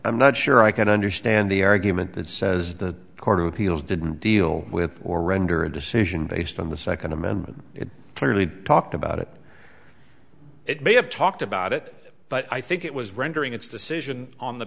i'm not sure i can understand the argument that says the court of appeals didn't deal with or render a decision based on the second amendment it clearly talked about it it may have talked about it but i think it was rendering its decision on the